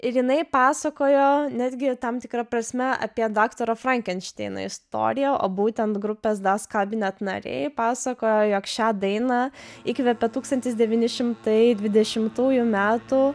ir jinai pasakojo netgi tam tikra prasme apie daktaro frankenšteino istoriją o būtent grupės das kabinet nariai pasakojo jog šią dainą įkvepia tūkstantis devyni šimtai dvidešimtųjų metų